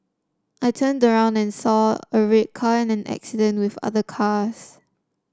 I turned around and saw a red car in an accident with other cars